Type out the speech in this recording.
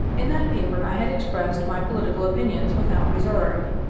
in that paper i had expressed my political opinions without reserve.